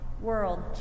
world